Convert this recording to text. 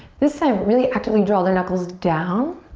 this time really actively draw their knuckles down.